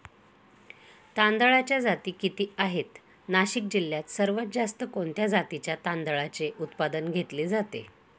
तांदळाच्या जाती किती आहेत, नाशिक जिल्ह्यात सर्वात जास्त कोणत्या जातीच्या तांदळाचे उत्पादन घेतले जाते?